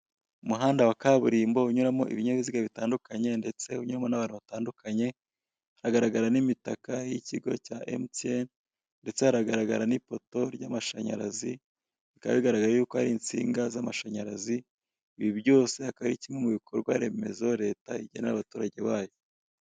Umuhanda wa kaburimbo unyuramo ibinyabiziga bitandukanye ndetse unyuramo n'abantu batandukanye, hagaragara n'imitaka y'ikigo cya MTN ndetse haragaragara n'ipoto ry'amashanyarazi bikaba bigaragara yuko hari insinga z'amashanyarazi, ibi byose akaba ari kimwe mu bikorwa remezo Leta igenera abaturage bayo.